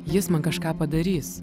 jis man kažką padarys